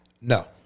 No